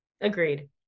Agreed